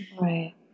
Right